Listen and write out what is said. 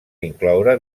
incloure